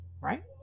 Right